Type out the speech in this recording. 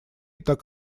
так